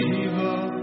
evil